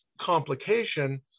complication